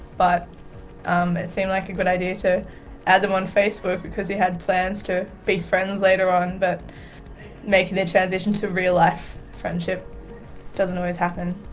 but um it seemed like a good idea to add them on facebook because you had plans to be friends later on, but making the transition to real-life friendship doesn't always happen.